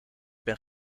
ben